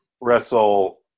wrestle